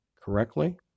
correctly